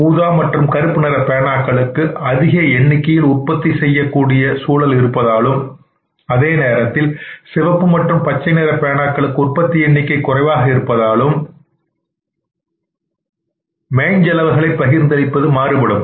ஊதா மற்றும் கருப்பு நிற பேனாக்களுக்கு அதிக எண்ணிக்கையில் உற்பத்தி செய்யும் கூடிய சூழல் இருப்பதாலும் அதே நேரத்தில் சிவப்பு மற்றும் பச்சை நிற பேனாக்களுக்கு உற்பத்தி எண்ணிக்கை குறைவாக இருப்பதாலும் ஓவர் ஹெட் செலவுகள் பகிர்ந்தளிப்பது என்பது மாறுபடும்